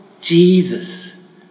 Jesus